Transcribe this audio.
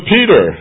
Peter